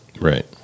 right